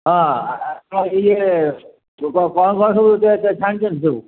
ହଁ ଆପଣ ଇଏ କଣ କଣ ସବୁ ଛାଣିଚନ୍ତି ସବୁ